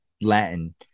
Latin